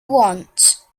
want